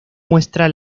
muestra